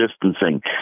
distancing